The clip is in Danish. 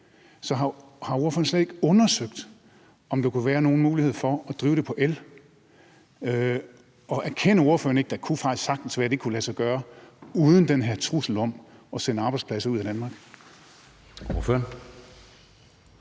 el. Har ordføreren slet ikke undersøgt, om der kunne være nogen mulighed for at drive det på el? Og erkender ordføreren ikke, at det faktisk sagtens kunne være, at det kunne lade sig gøre uden den her trussel om at sende arbejdspladser ud af Danmark?